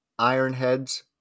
Ironheads